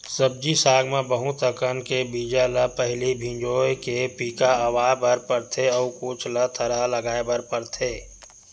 सब्जी साग म बहुत अकन के बीजा ल पहिली भिंजोय के पिका अवा बर परथे अउ कुछ ल थरहा लगाए बर परथेये